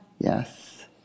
Yes